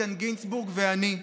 איתן גינזבורג ואני.